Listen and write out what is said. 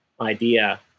idea